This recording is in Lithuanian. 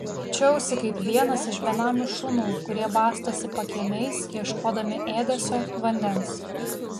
jaučiausi kaip vienas iš benamių šunų kurie bastosi pakiemiais ieškodami ėdesio vandens